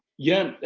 yeah,